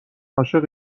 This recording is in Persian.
عاشق